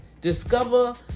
Discover